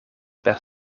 per